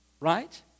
Right